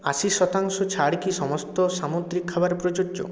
আশি শতাংশ ছাড় কি সমস্ত সামুদ্রিক খাবারে প্রযোজ্য